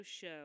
show